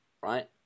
right